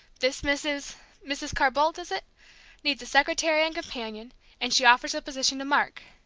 this mrs mrs. carr boldt is it needs a secretary and companion and she offers the position to mark.